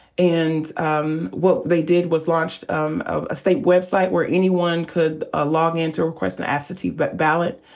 and um what they did was launched um ah a state website where anyone could ah log in to request an absentee but ballot.